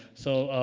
so,